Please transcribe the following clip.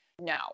No